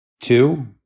Two